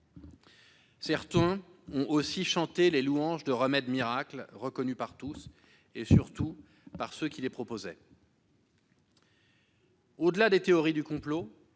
Certains ont aussi chanté les louanges de remèdes miracles, reconnus par tous, et surtout par ceux qui les proposaient ! Au-delà des théories du complot,